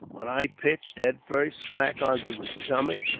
when i pitched, head first, smack onto his stomach.